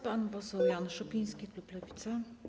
Pan poseł Jan Szopiński, klub Lewica.